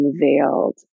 unveiled